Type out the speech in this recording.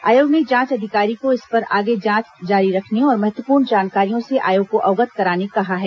आयोग ने जांच अधिकारी को इस पर आगे जांच जारी रखने और महत्वपूर्ण जानकारियों से आयोग को अवगत कराने कहा है